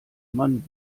man